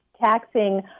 taxing